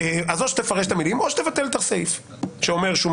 או שתבטל את הסעיף האמור.